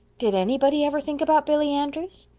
did anybody ever think about billy andrews?